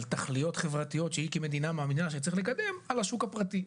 על תכליות חברתיות שהיא כמדינה מאמינה שצריך לקדם על השוק הפרטי.